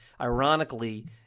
Ironically